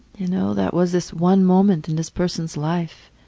you know, that was this one moment in this person's life.